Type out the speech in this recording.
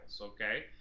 okay